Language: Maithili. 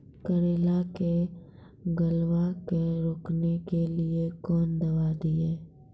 करेला के गलवा के रोकने के लिए ली कौन दवा दिया?